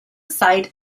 site